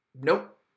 Nope